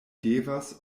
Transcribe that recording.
devas